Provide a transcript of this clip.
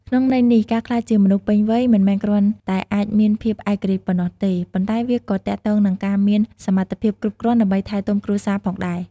ក្នុងន័យនេះ ការក្លាយជាមនុស្សពេញវ័យមិនមែនគ្រាន់តែអាចមានភាពឯករាជ្យប៉ុណ្ណោះទេ ប៉ុន្តែវាក៏ទាក់ទងនឹងការមានសមត្ថភាពគ្រប់គ្រាន់ ដើម្បីថែទាំគ្រួសារផងដែរ។